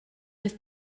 peth